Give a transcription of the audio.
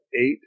eight